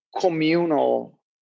communal